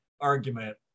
argument